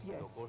yes